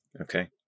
Okay